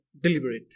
deliberate